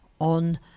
on